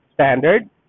standard